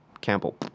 Campbell